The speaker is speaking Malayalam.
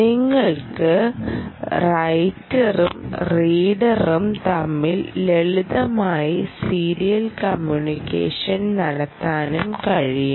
നിങ്ങൾക്ക് റൈറ്ററും റീഡറും തമ്മിൽ ലളിതമായി സീരിയൽ കമ്മ്യൂണിക്കേഷൻ നടത്താനും കഴിയും